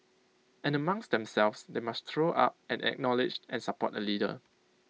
and amongst themselves they must throw up and acknowledge and support A leader